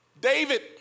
David